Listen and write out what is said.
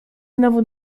znowu